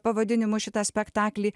pavadinimu šitą spektaklį